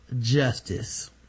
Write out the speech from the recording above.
justice